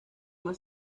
más